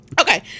okay